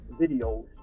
videos